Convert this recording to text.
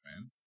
man